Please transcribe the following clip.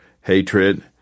hatred